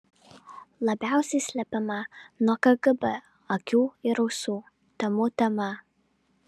labiausiai slepiama nuo kgb akių ir ausų temų tema